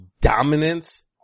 dominance